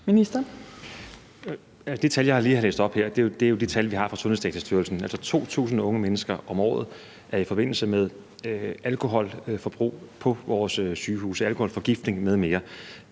Det tal, jeg lige har læst op her, er jo det tal, vi har fra Sundhedsdatastyrelsen, altså 2.000 unge mennesker om året er i forbindelse med alkoholforbrug på vores sygehus med alkoholforgiftning med mere.